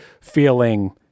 feeling